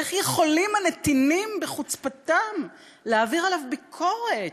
איך יכולים הנתינים בחוצפתם לעביר עליו ביקורת,